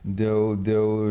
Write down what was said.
dėl dėl